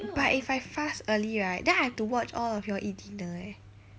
but if I fast early right then I have to watch all of y'all eat dinner eh